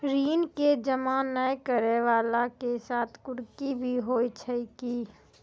ऋण के जमा नै करैय वाला के साथ कुर्की भी होय छै कि?